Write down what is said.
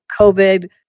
COVID